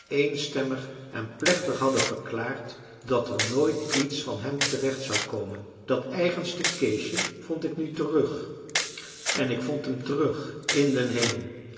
schoolcommissie eenstemmig en plechtig hadden verklaard dat er nooit iets van hem terecht zou komen dat eigenste keesje vond ik nu terug en ik vond hem terug in den hemel